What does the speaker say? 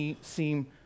seem